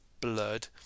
blood